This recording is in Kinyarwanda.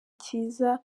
kiza